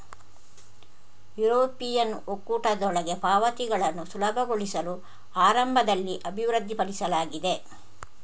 European ಒಕ್ಕೂಟದೊಳಗೆ ಪಾವತಿಗಳನ್ನು ಸುಲಭಗೊಳಿಸಲು ಆರಂಭದಲ್ಲಿ ಅಭಿವೃದ್ಧಿಪಡಿಸಲಾಗಿದೆ